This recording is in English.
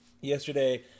yesterday